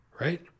right